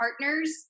partners